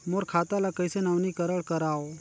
मोर खाता ल कइसे नवीनीकरण कराओ?